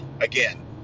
Again